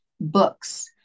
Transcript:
books